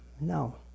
No